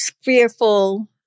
fearful